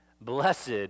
blessed